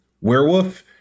Werewolf